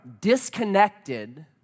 disconnected